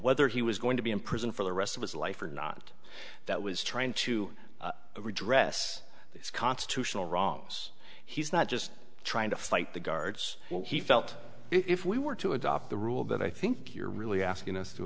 whether he was going to be in prison for the rest of his life or not that was trying to redress these constitutional wrongs he's not just trying to fight the guards he felt if we were to adopt the rule that i think you're really asking us to